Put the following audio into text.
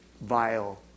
vile